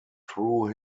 through